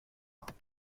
ans